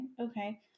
Okay